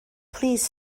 please